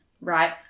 right